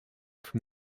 from